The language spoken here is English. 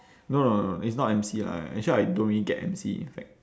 no no no it's not M_C lah actually I don't really get M_C in fact